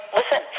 listen